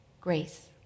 Grace